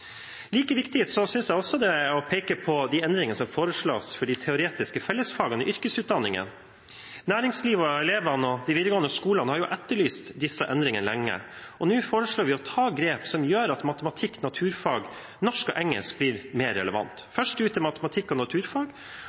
Like viktig synes jeg det er å peke på de endringene som foreslås for de teoretiske fellesfagene i yrkesutdanningene. Næringslivet, elevene og de videregående skolene har jo etterlyst disse endringene lenge, og nå foreslår vi å ta grep som gjør at matematikk, naturfag, norsk og engelsk blir mer relevant. Først ute er matematikk og naturfag.